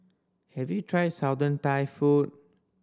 have you tried Southern Thai food